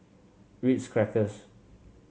Ritz Crackers